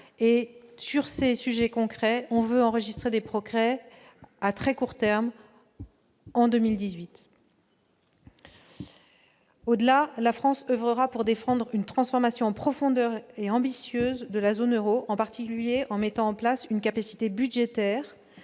Sur ces points concrets, nous voulons enregistrer des progrès à très court terme, en 2018. Au-delà, la France oeuvrera pour défendre une transformation en profondeur et ambitieuse de la zone euro, en particulier par la mise en place d'une capacité budgétaire